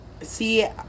See